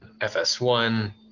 FS1